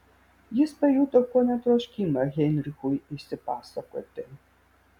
jis pajuto kone troškimą heinrichui išsipasakoti